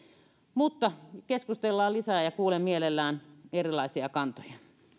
keskustellaan lisää ja kuulen mielelläni erilaisia kantoja